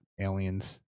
aliens